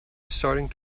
starting